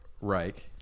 Reich